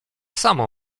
samo